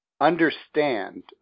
understand